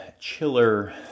chiller